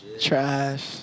Trash